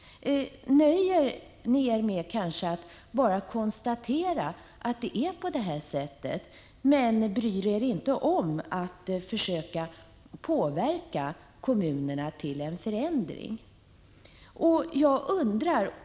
här i Helsingfors? Bryr ni er inte om att försöka påverka kommunerna till en förändring?